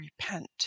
repent